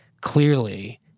clearly